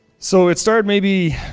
so it start maybe,